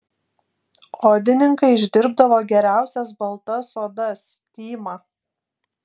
odininkai išdirbdavo geriausias baltas odas tymą